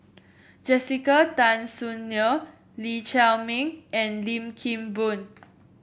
Jessica Tan Soon Neo Lee Chiaw Meng and Lim Kim Boon